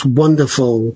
wonderful